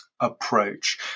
approach